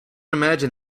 imagine